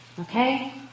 Okay